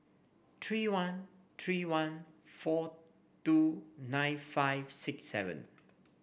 three one three one four two nine five six seven